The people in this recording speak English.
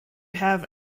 have